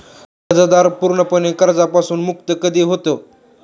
कर्जदार पूर्णपणे कर्जापासून मुक्त कधी होतो?